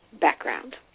background